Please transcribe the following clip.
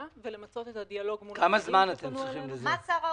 ולמצות את הדיאלוג מול השרים שפנו אלינו.